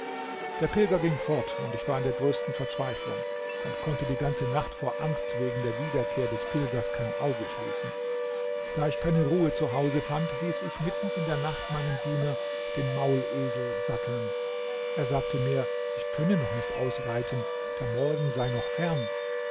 der pilger ging fort und ich war in der größten verzweiflung und konnte die ganze nacht vor angst wegen der wiederkehr des pilgers kein auge schließen da ich keine ruhe zu hause fand hieß ich mitten in der nacht meinen diener den maulesel satteln er sagte mir ich könne noch nicht ausreiten der morgen sei noch fern